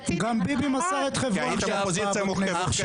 כי רצית --- כי הייתם אופוזיציה מופקרת.